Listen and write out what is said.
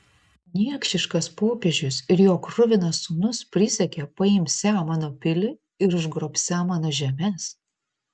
niekšiškas popiežius ir jo kruvinas sūnus prisiekė paimsią mano pilį ir užgrobsią mano žemes